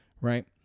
right